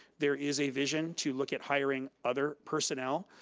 there is a vision to look at hiring other personnel.